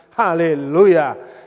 Hallelujah